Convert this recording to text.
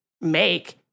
make